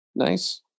Nice